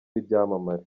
b’ibyamamare